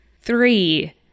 Three